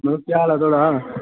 मड़ो केह् हाल ऐ थुआढ़ा